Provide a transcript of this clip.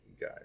guy